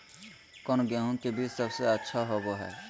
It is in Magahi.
कौन गेंहू के बीज सबेसे अच्छा होबो हाय?